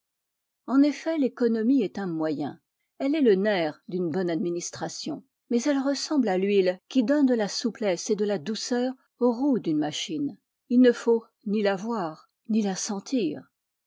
en effet l'économie est un moyen elle est le nerf d'une bonne administration mais elle ressemble à l'huile qui donne de la souplesse et de la douceur aux roues d'une machine il ne faut ni la voir ni la sentir